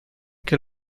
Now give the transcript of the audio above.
que